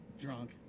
drunk